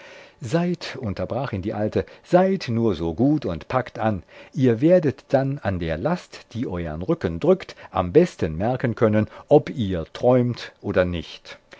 seid unterbrach ihn die alte seid nur so gut und packt an ihr werdet dann an der last die euern rücken drückt am besten merken können ob ihr träumt oder nicht